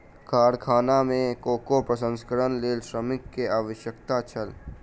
कारखाना में कोको प्रसंस्करणक लेल श्रमिक के आवश्यकता छल